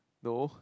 no